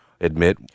admit